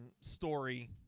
story